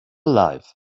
alive